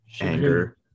anger